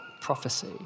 prophecy